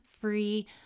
free